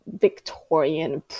Victorian